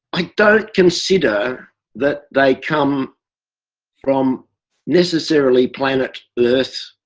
i don't consider that they come from necessarily planet earth.